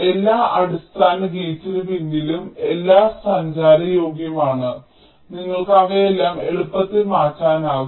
എല്ലാ അടിസ്ഥാന ഗേറ്റ്സ്സിനും പിന്നുകൾ എല്ലാം സഞ്ചാരയോഗ്യമാണ് നിങ്ങൾക്ക് അവയെല്ലാം എളുപ്പത്തിൽ മാറ്റാനാകും